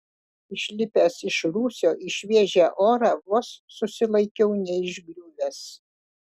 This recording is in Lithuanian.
išlipęs iš rūsio į šviežią orą vos susilaikiau neišgriuvęs